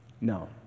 No